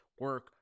Work